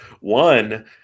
one